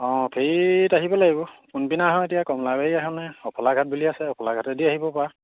অঁ ফ্ৰীত আহিব লাগিব কোনদিমা হয় এতিয়া কমলাবাৰী আহ নাই অফলা ঘাট বুলি আছে অফলা ঘাটেদি আহিব পৰা